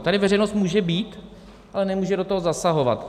Tady veřejnost může být, ale nemůže do toho zasahovat.